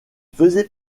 faisait